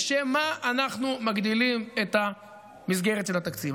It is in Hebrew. לשם מה אנחנו מגדילים את המסגרת של התקציב?